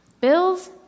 Bills